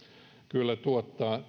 kyllä tuottaa